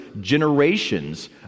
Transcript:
generations